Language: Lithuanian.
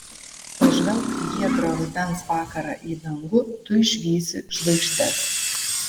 pažvelk giedrą rudens vakarą į dangų tu išvysi žvaigždes